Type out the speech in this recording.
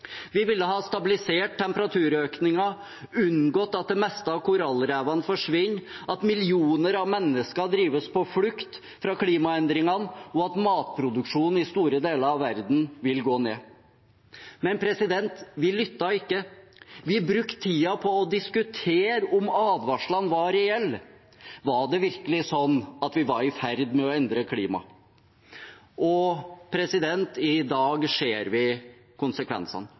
Vi ville ha stabilisert temperaturøkningen, unngått at det meste av korallrevene forsvinner, at millioner av mennesker drives på flukt fra klimaendringene, og at matproduksjonen i store deler av verden vil gå ned. Men vi lyttet ikke. Vi brukte tiden på å diskutere om advarslene var reelle. Var det virkelig sånn at vi var i ferd med å endre klimaet? I dag ser vi konsekvensene.